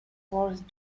worth